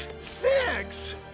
six